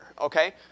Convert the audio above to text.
okay